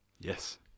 yes